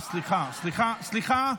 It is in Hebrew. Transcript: סליחה, סליחה, סליחה.